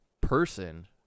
person